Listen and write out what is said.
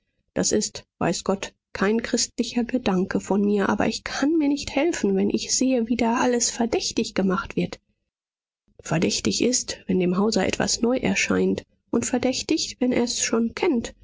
das ist weiß gott kein christlicher gedanke von mir aber ich kann mir nicht helfen wenn ich sehe wie da alles verdächtig gemacht wird verdächtig ist wenn dem hauser etwas neu erscheint und verdächtig wenn er es schon kennt